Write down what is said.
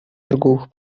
торговых